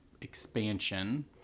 expansion